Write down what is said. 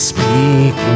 Speak